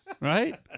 Right